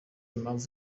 mpamvu